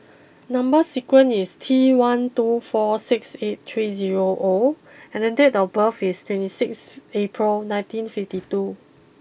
number sequence is T one two four six eight three zero O and date of birth is twenty six April nineteen fifty two